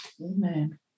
Amen